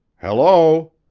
hello!